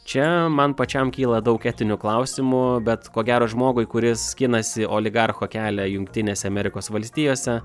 čia man pačiam kyla daug etinių klausimų bet ko gero žmogui kuris skinasi oligarcho kelią jungtinėse amerikos valstijose